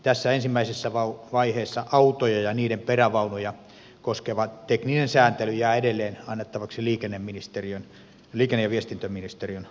tässä ensimmäisessä vaiheessa autoja ja niiden perävaunuja koskeva tekninen sääntely jää edelleen annettavaksi liikenne ja viestintäministeriön asetuksella